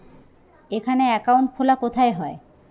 এখানে অ্যাকাউন্ট খোলা কোথায় হয়?